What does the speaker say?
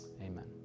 Amen